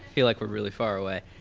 feel like we're really far away.